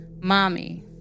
Mommy